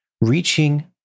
reaching